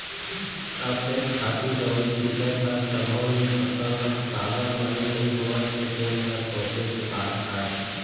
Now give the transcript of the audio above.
अतेक खातू दवई छींचत हस तभो ले फसल ह काबर बने नइ होवत हे तेन ह सोंचे के बात आय